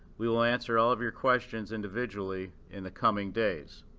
we will answer all of your questions individually in the coming days.